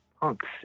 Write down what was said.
punks